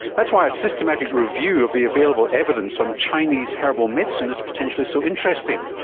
that's why a systematic review of the available evidence on chinese herbal medicine is potentially so interesting.